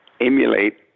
emulate